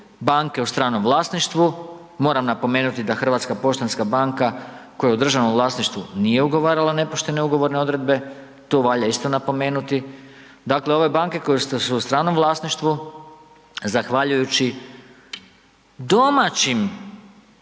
banke u stranom vlasništvu. Moram napomenuti da Hrvatska poštanska banka koja je u državnom vlasništvu nije ugovarala nepoštene ugovorne odredbe. To valja isto napomenuti, dakle ove banke koje su u stranom vlasništvu, zahvaljujući domaćim